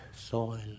soil